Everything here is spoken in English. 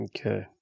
Okay